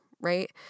right